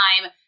time